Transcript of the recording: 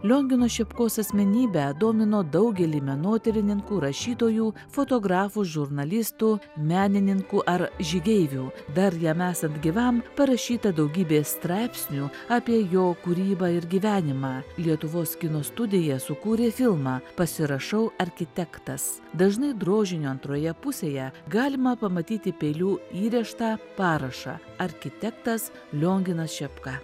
liongino šepkos asmenybę domino daugelį menotyrininkų rašytojų fotografų žurnalistų menininkų ar žygeivių dar jam esant gyvam parašyta daugybė straipsnių apie jo kūrybą ir gyvenimą lietuvos kino studija sukūrė filmą pasirašau arkitektas dažnai drožinio antroje pusėje galima pamatyti pelių įrėžtą parašą arkitektas lionginas šepka